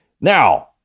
Now